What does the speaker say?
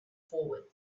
forward